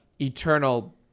eternal